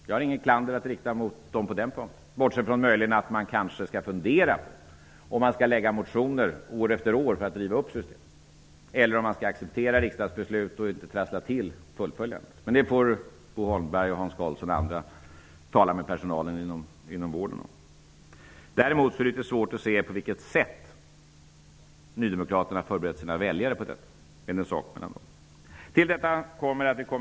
Jag har inget klander att rikta mot dem på den punkten. Däremot kanske man skall fundera över om man verkligen skall lägga fram motioner år efter år för att riva upp systemet eller om man skall acceptera riksdagsbeslut och inte trassla till fullföljandet. Det får Bo Holmberg, Hans Karlsson m.fl. tala med personalen inom vården om. Däremot är det litet svårt att se på vilket sätt nydemokraterna har förberett sina väljare för detta, men det är en sak som får stå för dem.